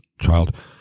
child